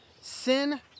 sin